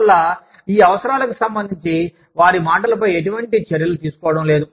వల్ల ఈ అవసరాలకు సంబంధించి వారి మాటలపై ఎటువంటి చర్యలు తీసుకోవడం లేదు